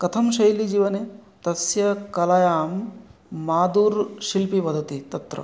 कथं शैली जीवने तस्य कलायां मादुर् शिल्पि वदति तत्र